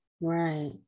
right